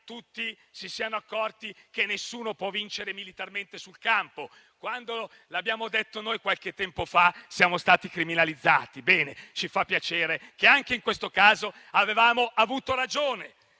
tutti si siano accorti che nessuno può vincere militarmente sul campo. Quando l'abbiamo detto noi, qualche tempo fa, siamo stati criminalizzati. Bene, ci fa piacere che anche in questo caso avevamo avuto ragione.